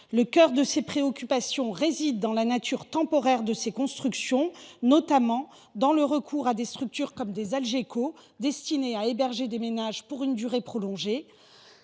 de ces préoccupations réside dans la nature temporaire de ces constructions, notamment dans le recours à des structures comme les algécos, destinées à héberger des ménages pour une durée prolongée.